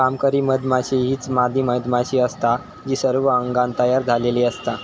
कामकरी मधमाशी हीच मादी मधमाशी असता जी सर्व अंगान तयार झालेली असता